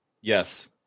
Yes